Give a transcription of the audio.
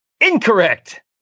incorrect